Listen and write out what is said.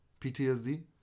PTSD